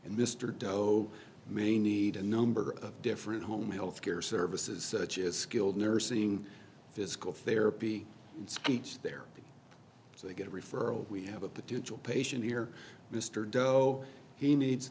and mr doe may need a number of different home health care services such as skilled nursing physical therapy and speech therapy so they get a referral we have a potential patient here mr doe he needs